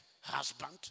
Husband